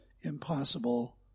impossible